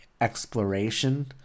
exploration